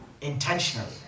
Intentionally